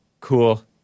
cool